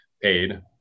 paid